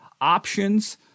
options